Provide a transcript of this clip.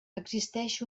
existeix